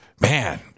man